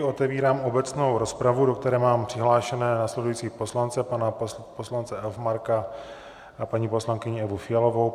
Otevírám obecnou rozpravu, do které mám přihlášené následující poslance pana poslance Elfmarka a paní poslankyni Evu Fialovou.